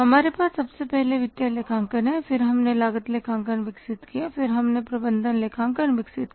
हमारे पास सबसे पहले वित्तीय लेखांकन हैं फिर हमने लागत लेखांकन विकसित किया फिर हमने प्रबंधन लेखांकन विकसित किया